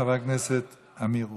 חבר הכנסת אמיר אוחנה.